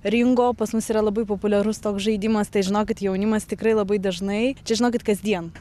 ringo pas mus yra labai populiarus toks žaidimas tai žinokit jaunimas tikrai labai dažnai čia žinokit kasdien